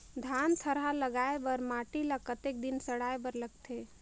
धान थरहा लगाय बर माटी ल कतेक दिन सड़ाय बर लगथे?